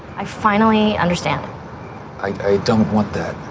i finally understand i don't want that.